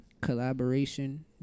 Collaboration